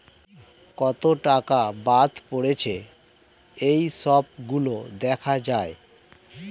কত টাকা বাদ পড়েছে এই সব গুলো দেখা যায়